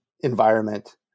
environment